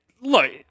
Look